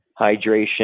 hydration